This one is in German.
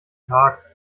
tag